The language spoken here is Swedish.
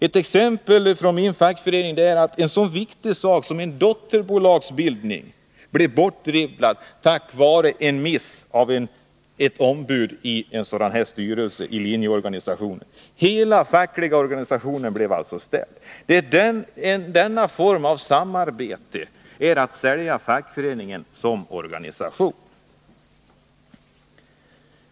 Ett exempel från min fackförening är att en så viktig fråga som en dotterbolagsbildning blev bortdribblad på grund av en miss av ett ombud i linjeorganisationen. Hela den fackliga organisationen blev alltså ställd åt sidan. Denna form av samarbete innebär att man säljer fackföreningen som organisation.